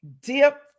Dip